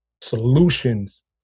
solutions